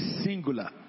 singular